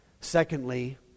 Secondly